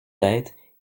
têtes